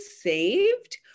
saved